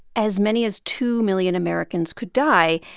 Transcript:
as many as two million americans could die.